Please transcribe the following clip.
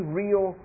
real